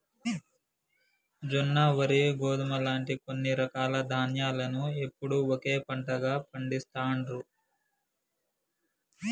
జొన్న, వరి, గోధుమ లాంటి కొన్ని రకాల ధాన్యాలను ఎప్పుడూ ఒకే పంటగా పండిస్తాండ్రు